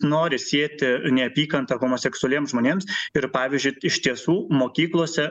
nori sieti neapykantą homoseksualiems žmonėms ir pavyzdžiui iš tiesų mokyklose